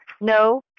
No